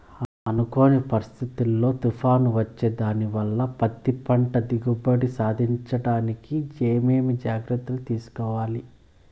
అనుకోని పరిస్థితుల్లో తుఫాను వస్తే దానివల్ల పత్తి పంట దిగుబడి సాధించడానికి ఏమేమి జాగ్రత్తలు తీసుకోవాలి?